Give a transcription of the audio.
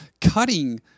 cutting